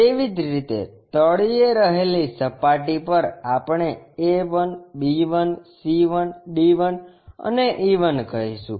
તેવી જ રીતે તળિયે રહેલી સપાટી પર આપણે A 1 B 1 C 1 D 1 અને E 1 કહીશું